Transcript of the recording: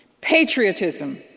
patriotism